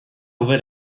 over